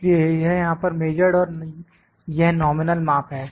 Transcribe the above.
इसलिए यह यहां पर मेजरड और यह नॉमिनल माप हैं